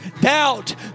doubt